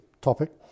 topic